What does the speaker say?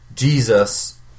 Jesus